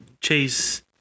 Chase